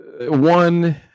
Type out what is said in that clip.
One